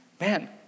Man